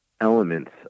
elements